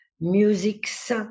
musics